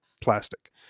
plastic